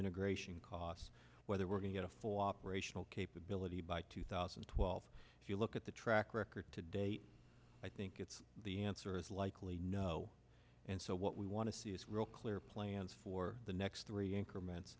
integration costs whether we're going to get a full operational capability by two thousand and twelve if you look at the track record to date i think it's the answer is likely no and so what we want to see is real clear plans for the next three increment